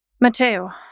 Matteo